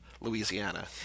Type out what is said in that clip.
Louisiana